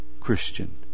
Christian